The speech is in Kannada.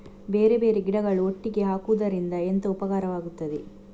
ಬೇರೆ ಬೇರೆ ಗಿಡಗಳು ಒಟ್ಟಿಗೆ ಹಾಕುದರಿಂದ ಎಂತ ಉಪಕಾರವಾಗುತ್ತದೆ?